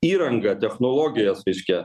įrangą technologijas reiškia